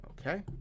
Okay